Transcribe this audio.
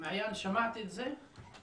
מעיין, שמעת את זה?